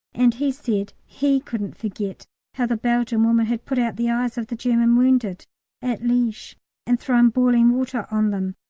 and he said he couldn't forget how the belgian women had put out the eyes of the german wounded at liege and thrown boiling water on them.